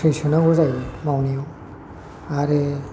सैसोनांगौ जायो मावनायाव आरो